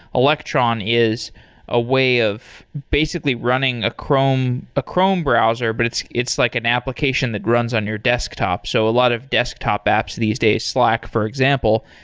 electron is a way of basically running a chrome a chrome browser, but it's it's like an application that runs on your desktop. so a lot of desktop apps these days, slack, for example,